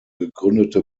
gegründete